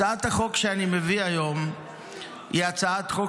הצעת החוק שאני מביא היום היא הצעת חוק